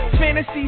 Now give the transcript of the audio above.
Fantasy